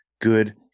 good